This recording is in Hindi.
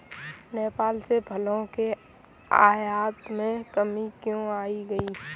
नेपाल से फलों के आयात में कमी क्यों आ गई?